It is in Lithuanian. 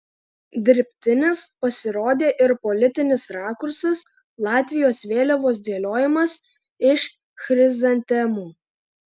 dirbtinis pasirodė ir politinis rakursas latvijos vėliavos dėliojimas iš chrizantemų